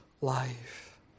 life